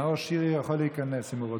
נאור שירי יכול להיכנס אם הוא רוצה.